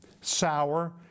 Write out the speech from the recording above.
sour